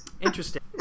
interesting